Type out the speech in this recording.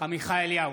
עמיחי אליהו,